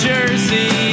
Jersey